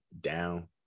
down